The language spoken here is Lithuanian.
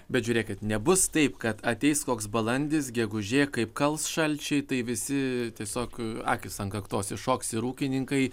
bet žiūrėkit nebus taip kad ateis koks balandis gegužė kaip kals šalčiai tai visi tiesiog akys ant kaktos iššoks ir ūkininkai